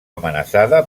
amenaçada